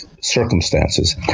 circumstances